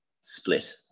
split